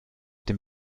dem